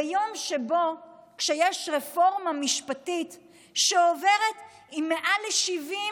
ביום שיש רפורמה משפטית שעוברת עם מעל ל-75